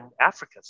Africa